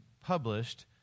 published